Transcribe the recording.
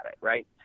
right